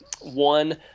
one